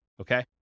okay